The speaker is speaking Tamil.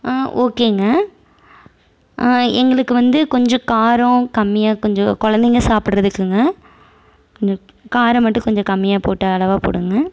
ஆ ஓக்கேங்க எங்களுக்கு வந்து கொஞ்ச காரம் கம்மியாக கொஞ்சம் குழந்தைங்க சாப்பிடுறதுக்குங்க கொஞ்சம் காரம் மட்டும் கொஞ்சம் கம்மியாக போட்டு அளவாக போடுங்கள்